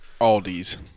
Aldi's